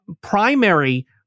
primary